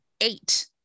eight